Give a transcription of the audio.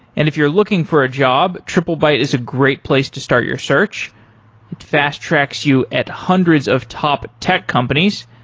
and if you're looking for a job, triplebyte is a great place to start your search. it fast tracks you at hundreds of top tech companies.